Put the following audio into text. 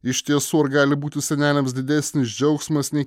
iš tiesų ar gali būti seneliams didesnis džiaugsmas nei